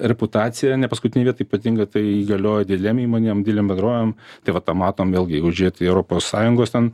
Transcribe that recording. reputacija ne paskutinėj vietoj ypatingai tai galioja didelėm įmonėm didelėm bendrovėm tai va tą matom vėlgi jeigu žiūrėt į europos sąjungos ten